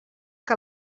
que